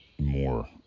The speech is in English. more